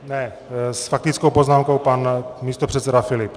S faktickou poznámkou pan místopředseda Filip.